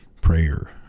prayer